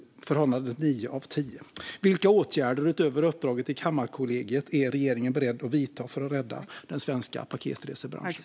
Vilka åtgärder utöver uppdraget till Kammarkollegiet är regeringen beredd att vidta för att rädda den svenska paketresebranschen?